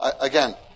again